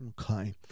Okay